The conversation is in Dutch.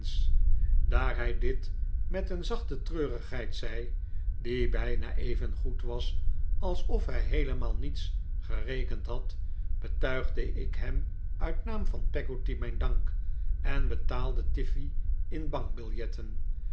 daar hij dit met een zachte treurigheid zei die bijna even goed was alsof hij heelemaal niets gerekend had betuigde ik hem uit naam van peggotty mijn dank en betaalde tiffey in bankbiljetten